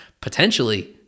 potentially